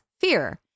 fear